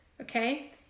Okay